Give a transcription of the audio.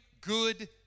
good